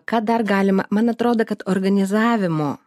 ką dar galima man atrodo kad organizavimo